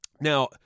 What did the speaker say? Now